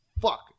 fuck